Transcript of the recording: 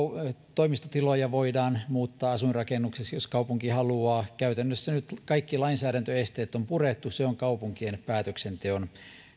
toimistotiloja voidaan muuttaa asuinrakennuksiksi jos kaupunki haluaa käytännössä nyt kaikki lainsäädäntöesteet on purettu se on kaupunkien päätöksenteon